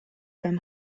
beim